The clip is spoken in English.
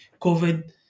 COVID